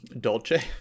dolce